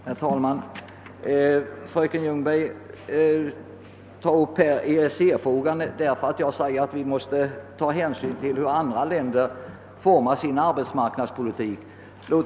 Herr talman! Fröken Ljungberg tog upp EEC-frågan med anledning av att jag sade att vi måste ta hänsyn till hur andra länder formar sin arbetsmarknadspolitik.